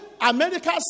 America